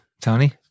Tony